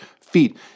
feet